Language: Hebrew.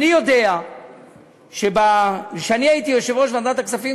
אני יודע שכשאני הייתי יושב-ראש ועדת הכספים,